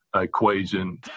equation